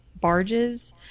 barges